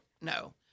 no